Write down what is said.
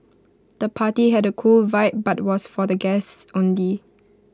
the party had A cool vibe but was for the guests only